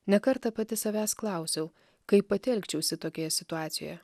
ne kartą pati savęs klausiau kaip pati elgčiausi tokioje situacijoje